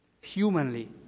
humanly